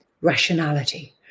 rationality